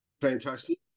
fantastic